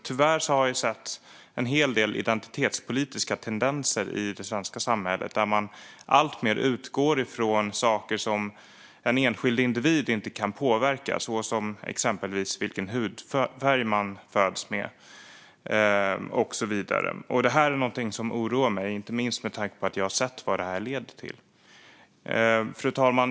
Tyvärr har jag sett en hel del identitetspolitiska tendenser i det svenska samhället, där man alltmer utgår från saker som en enskild individ inte kan påverka, exempelvis vilken hudfärg man föds med och så vidare. Detta är något som oroar mig, inte minst med tanke på att jag har sett vad det leder till. Fru talman!